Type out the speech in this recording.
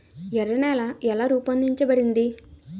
ఎర్ర నేల ఎలా రూపొందించబడింది?